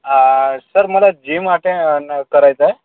आ sir मला gym attend करायचंय